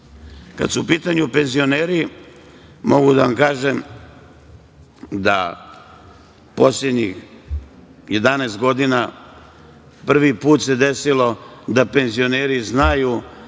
su u pitanju penzioneri, mogu da vam kažem da poslednjih 11 godina prvi put se desilo da penzioneri znaju